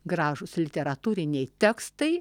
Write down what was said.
gražūs literatūriniai tekstai